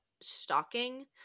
stalking